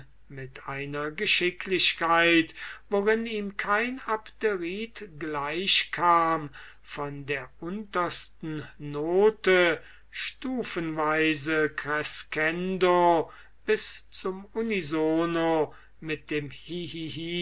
mit einer geschicklichkeit worin ihm kein abderite gleich kam von der untersten note stufenweise crescendo bis zum unisono mit dem